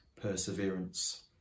perseverance